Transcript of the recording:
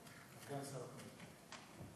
סגן שר החינוך.